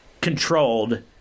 controlled